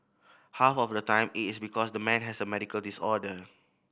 half of the time it is because the man has a medical disorder